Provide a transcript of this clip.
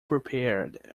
prepared